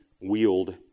wield